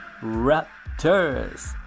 Raptors